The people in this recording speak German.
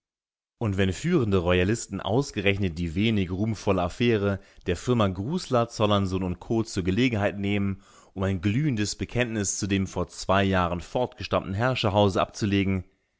und wenn führende royalisten ausgerechnet die wenig ruhmvolle affäre der firma grußer zollernsohn u co zur gelegenheit nehmen um ein glühendes bekenntnis zu dem vor zwei jahren fortgestammten herrscherhause abzulegen